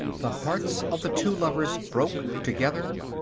the hearts of the two lovers broke together.